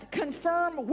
confirm